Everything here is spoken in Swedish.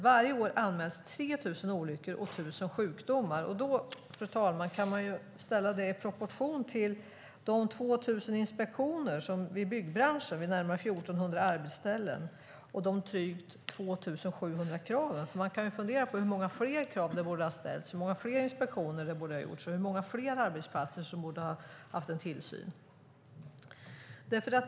Varje år anmäls 3 000 olyckor och 1 000 sjukdomar. Det, fru talman, kan man ställa i proportion till de 2 000 inspektionerna i byggbranschen på närmare 1 400 arbetsställen och de drygt 2 700 kraven. Man kan ju fundera på hur många fler krav som borde ha ställts, hur många fler inspektioner som borde ha gjorts och hur många fler arbetsplatser som borde ha haft tillsyn.